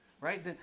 Right